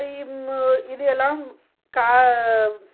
இம் இது எல்லாம் கா